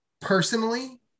personally